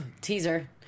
Teaser